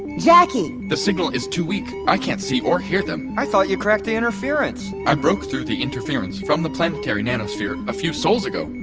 jacki! the signal is too weak, i can't see or hear them i thought you cracked the interference! i broke through the interference from the planetary nanosphere a few sols ago,